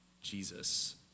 Jesus